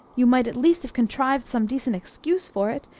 you might at least have contrived some decent excuse for it!